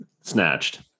Snatched